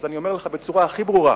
אז אני אומר לך בצורה הכי ברורה: